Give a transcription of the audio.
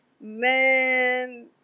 Man